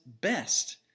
best